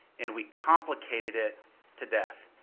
and we complicated it to death.